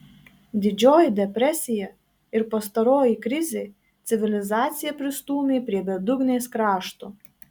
didžioji depresija ir pastaroji krizė civilizaciją pristūmė prie bedugnės krašto